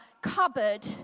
cupboard